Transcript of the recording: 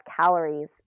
calories